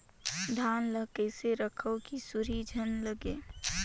धान ल कइसे रखव कि सुरही झन लगे?